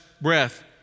breath